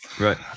Right